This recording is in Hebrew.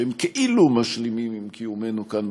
שהם כאילו משלימים עם קיומנו כאן,